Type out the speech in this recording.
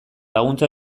laguntza